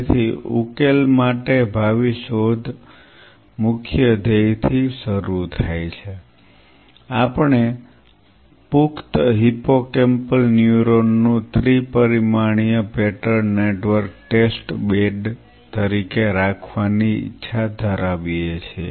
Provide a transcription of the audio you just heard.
તેથી ઉકેલ માટે ભાવિ શોધ મુખ્ય ધ્યેયથી શરૂ થાય છે આપણે પુખ્ત હિપ્પોકેમ્પલ ન્યુરોન નું ત્રિ પરિમાણીય પેટર્ન નેટવર્ક ટેસ્ટ બેડ તરીકે રાખવાની ઇચ્છા ધરાવીએ છીએ